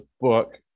book